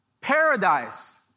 Paradise